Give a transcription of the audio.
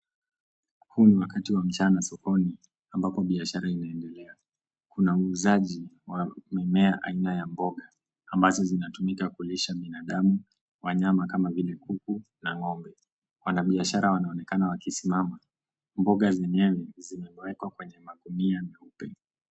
Huu ni wakati wa mchana sokoni, amabapo biashara inaendelea. Kuna muujazi wa mimea aina ya mboga ambazo zinatumika kulisha binadamu, wanyama kama vile kuku na ng'ombe. Wanabiashara wanaonekana wakisimama. Mboga zenyewe zimewekwa kwenye magunia meupe.